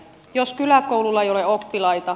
jos kyläkoululla ei ole oppilaita